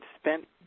spent